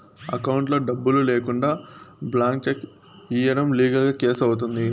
అకౌంట్లో డబ్బులు లేకుండా బ్లాంక్ చెక్ ఇయ్యడం లీగల్ గా కేసు అవుతుంది